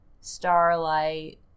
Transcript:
starlight